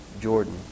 Jordan